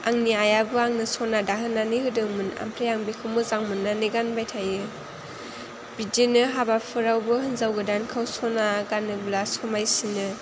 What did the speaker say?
आंनि आइयाबो आंनो सना दाहोनानै होदोंमोन ओमफ्राय आं बेखौ मोजां मोननानै गानबाय थायो बिदिनो हाबाफोरावबो हिन्जाव गोदानखौ सना गानोब्ला समायसिनो